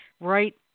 right